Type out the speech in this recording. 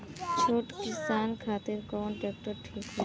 छोट किसान खातिर कवन ट्रेक्टर ठीक होई?